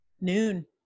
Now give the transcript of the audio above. noon